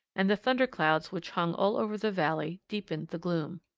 and the thunderclouds which hung all over the valley deepened the gloom.